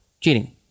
cheating